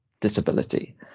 disability